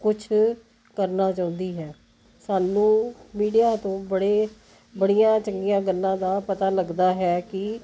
ਕੁਛ ਕਰਨਾ ਚਾਹੁੰਦੀ ਹੈ ਸਾਨੂੰ ਮੀਡੀਆ ਤੋਂ ਬੜੇ ਬੜੀਆਂ ਚੰਗੀਆਂ ਗੱਲਾਂ ਦਾ ਪਤਾ ਲੱਗਦਾ ਹੈ ਕਿ